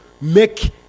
make